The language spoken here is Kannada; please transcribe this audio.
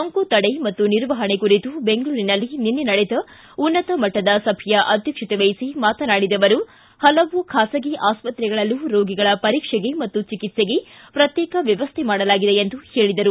ಸೋಂಕು ತಡೆ ಮತ್ತು ನಿರ್ವಹಣೆ ಕುರಿತು ಬೆಂಗಳೂರಿನಲ್ಲಿ ನಿನ್ನೆ ನಡೆದ ಉನ್ನತ ಮಟ್ಟದ ಸಭೆಯ ಅಧ್ಯಕ್ಷತೆವಹಿಸಿ ಮಾತನಾಡಿದ ಅವರು ಹಲವು ಖಾಸಗಿ ಆಸ್ವತ್ರೆಗಳಲ್ಲೂ ರೋಗಿಗಳ ಪರೀಕ್ಷೆಗೆ ಮತ್ತು ಚಿಕಿತ್ಸೆಗೆ ಪ್ರತ್ಯೇಕ ವ್ಯವಸ್ಥೆ ಮಾಡಲಾಗಿದೆ ಎಂದರು